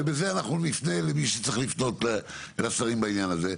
ובזה נפנה למי שצריך לפנות לשרים בעניין הזה,